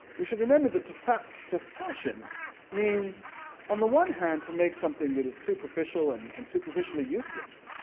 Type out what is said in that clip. we should remember that to fashion to fashion means on the one hand to make something that is superficial and and superficially useless,